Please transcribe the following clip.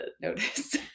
notice